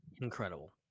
Incredible